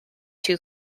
too